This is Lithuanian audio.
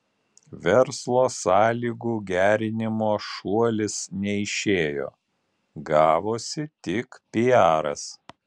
verslo sąlygų gerinimo šuolis neišėjo gavosi tik piaras